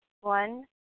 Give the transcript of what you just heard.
One